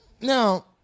now